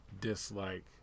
dislike